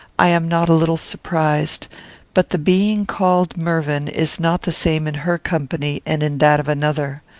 i am not a little surprised but the being called mervyn is not the same in her company and in that of another.